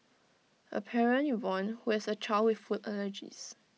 A parent Yvonne who has A child with food allergies